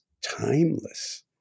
timeless